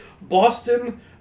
Boston